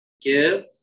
Give